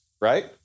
right